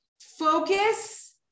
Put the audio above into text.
Focus